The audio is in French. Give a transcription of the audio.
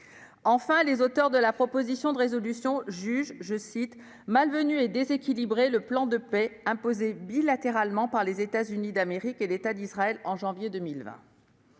Enfin, les auteurs de la proposition de résolution jugent « malvenu et déséquilibré le " plan de paix " imposé bilatéralement par les États-Unis d'Amérique et l'État d'Israël en janvier 2020 ».